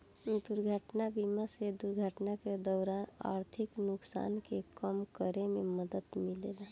दुर्घटना बीमा से दुर्घटना के दौरान आर्थिक नुकसान के कम करे में मदद मिलेला